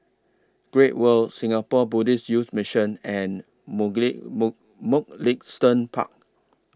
Great World Singapore Buddhist Youth Mission and Muglist Mug Mugliston Park